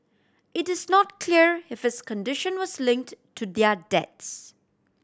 it is not clear if his condition was linked to their deaths